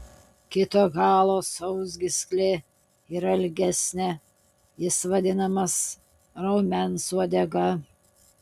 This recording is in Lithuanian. kito galo sausgyslė yra ilgesnė jis vadinamas raumens uodega